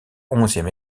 onzième